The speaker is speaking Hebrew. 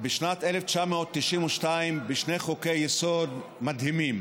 בשנת 1992 בשני חוקי-יסוד מדהימים: